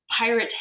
pirate